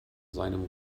seinem